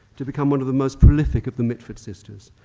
to become one of the most prolific of the mitford sisters,